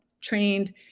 trained